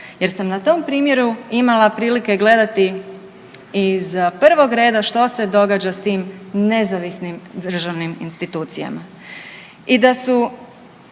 jer sam na tom primjeru imala prilike gledati iz prvog reda što se događa s tim nezavisnim državnim institucijama. I da su